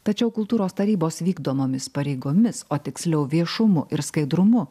tačiau kultūros tarybos vykdomomis pareigomis o tiksliau viešumu ir skaidrumu